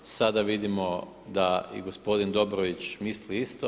Sada vidimo da i gospodin Dobrović misli isto.